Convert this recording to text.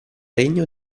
regno